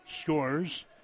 scores